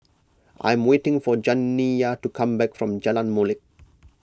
I am waiting for Janiyah to come back from Jalan Molek